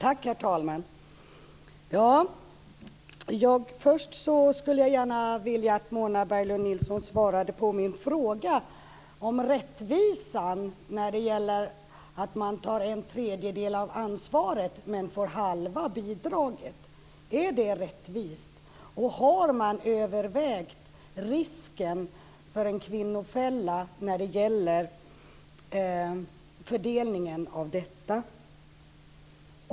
Herr talman! Först skulle jag gärna vilja att Mona Berglund Nilsson svarade på min fråga om rättvisan när det gäller att man tar en tredjedel av ansvaret men får halva bidraget. Är det rättvist? Och har man övervägt risken för en kvinnofälla när det gäller fördelningen av detta?